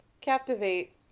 Captivate